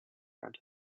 front